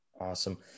Awesome